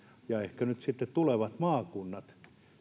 ja ehkä nyt sitten tulevat maakunnat